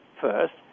first